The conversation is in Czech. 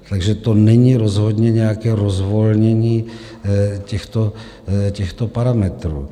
Takže to není rozhodně nějaké rozvolnění těchto parametrů.